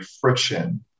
friction